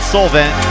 Solvent